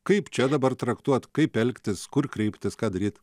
kaip čia dabar traktuot kaip elgtis kur kreiptis ką daryt